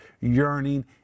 yearning